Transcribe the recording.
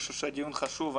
אני חושב שהדיון חשוב.